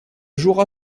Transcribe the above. jouera